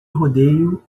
rodeio